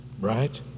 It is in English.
right